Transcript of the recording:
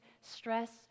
stress